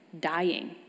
dying